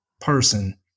person